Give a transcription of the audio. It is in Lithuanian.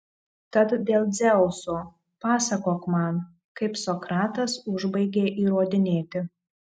tad dėl dzeuso pasakok man kaip sokratas užbaigė įrodinėti